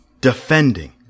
defending